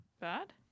Bad